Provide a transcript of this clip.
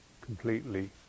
completely